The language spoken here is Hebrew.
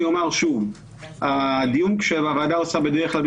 אני אומר שוב שהדיון שהוועדה עושה בדרך כלל,